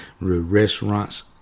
restaurants